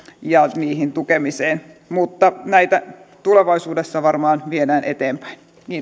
ja niiden tukemiseen mutta näitä tulevaisuudessa varmaan viedään eteenpäin